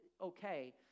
okay